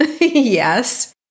Yes